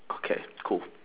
okay cool